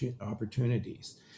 opportunities